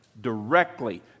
directly